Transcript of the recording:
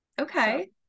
Okay